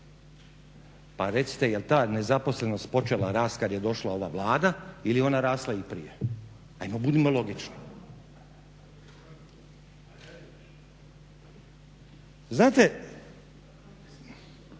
Pa recite jel ta nezaposlenost počela rast kad je došla ova Vlada ili je ona rasla i prije, budimo logični. Znate,